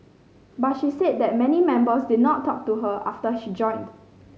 but she said that many members did not talk to her after she joined